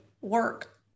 work